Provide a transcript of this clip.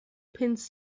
pins